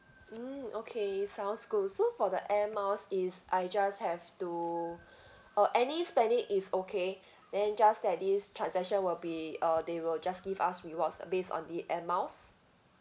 mm okay sounds cool so for the air miles is I just have to uh any spending is okay then just that this transaction will be uh they will just give us rewards based on the air miles